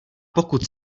pokud